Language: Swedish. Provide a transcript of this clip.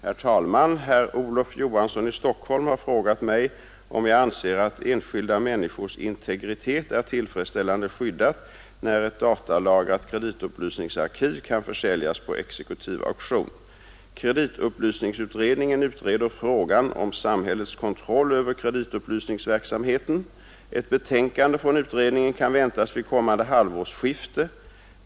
Herr talman! Herr Olof Johansson i Stockholm har frågat mig om jag anser att enskilda människors integritet är tillfredsställande skyddad när ett datalagrat kreditupplysningsarkiv kan försäljas på exekutiv auktion. Kreditupplysningsutredningen utreder frågor om samhällets kontroll över kreditupplysningsverksamheten. Ett betänkande från utredningen kan väntas vid kommande halvårsskifte.